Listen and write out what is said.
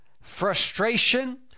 frustration